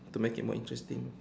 to make it more interesting